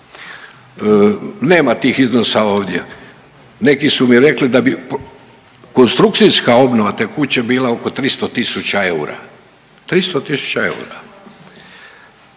Nema tih iznosa ovdje. Neki su mi rekli da bi konstrukcijska obnova te kuće bila oko 300 tisuća eura, 300 tisuća eura.